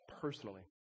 personally